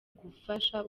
gufasha